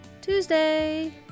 Tuesday